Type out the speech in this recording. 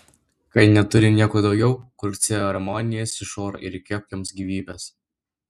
kai neturi nieko daugiau kurk ceremonijas iš oro ir įkvėpk joms gyvybės